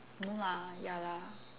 no lah ya lah